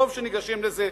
טוב שניגשים לזה,